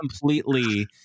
completely